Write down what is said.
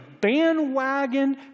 bandwagon